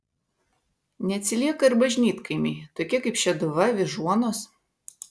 neatsilieka ir bažnytkaimiai tokie kaip šeduva vyžuonos